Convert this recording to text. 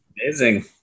Amazing